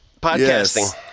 Podcasting